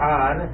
on